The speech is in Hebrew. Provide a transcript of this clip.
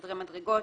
חדרי מדרגות,